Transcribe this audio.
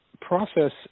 process